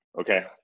Okay